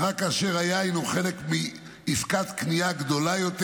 רק כאשר היין הוא חלק מעסקת קנייה גדולה יותר,